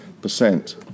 percent